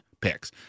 picks